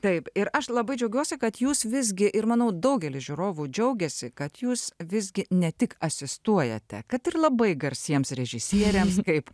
taip ir aš labai džiaugiuosi kad jūs visgi ir manau daugelis žiūrovų džiaugiasi kad jūs visgi ne tik asistuojate kad ir labai garsiems režisieriams kaip